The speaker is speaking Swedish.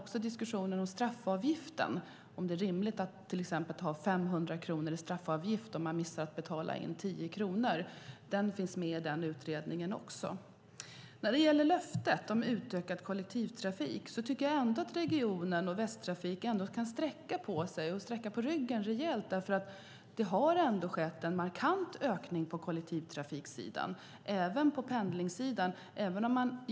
Också diskussionen om straffavgiften, om det är rimligt att till exempel ha 500 kronor i straffavgift om man missar att betala in 10 kronor, finns med i den utredningen. När det gäller löftet om utökad kollektivtrafik tycker jag ändå att regionen och Västtrafik kan sträcka på ryggen rejält. För det har skett en markant ökning på kollektivtrafiksidan, även på pendlingssidan.